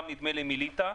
גם מליטא,